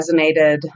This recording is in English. resonated